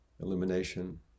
illumination